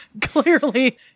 clearly